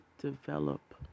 develop